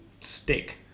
stick